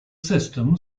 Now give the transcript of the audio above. system